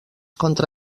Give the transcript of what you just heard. contra